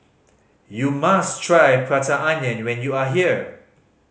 you must try Prata Onion when you are here